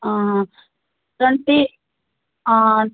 twenty